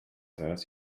zaraz